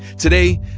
today,